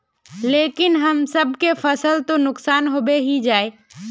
लेकिन हम सब के फ़सल तो नुकसान होबे ही जाय?